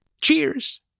Cheers